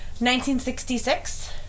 1966